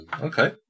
okay